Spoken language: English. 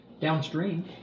Downstream